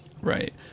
Right